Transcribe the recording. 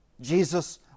Jesus